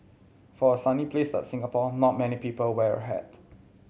for a sunny place like Singapore not many people wear a hat